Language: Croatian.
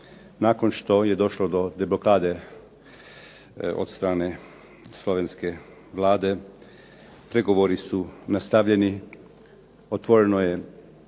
nakon što je došlo do deblokade od strane slovenske Vlade pregovori su nastavljeni, otvoreno je